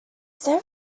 there